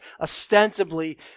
Ostensibly